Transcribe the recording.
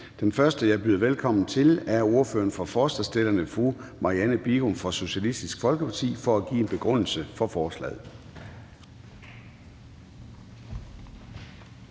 Den første, jeg byder velkommen til, er ordføreren for forslagsstillerne, fru Marianne Bigum fra Socialistisk Folkeparti, for at give en begrundelse for forslaget.